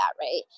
Right